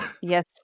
Yes